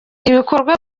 ibikorwa